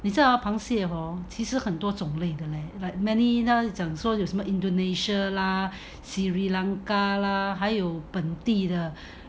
你知道螃蟹 hor 其实很多种类的 leh like many 那种 indonesia lah sri lanka lah 还有本地的